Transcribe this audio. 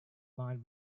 mind